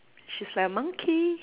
she's like a monkey